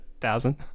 Thousand